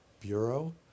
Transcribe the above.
Bureau